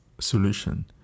solution